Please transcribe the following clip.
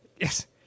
Yes